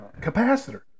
capacitor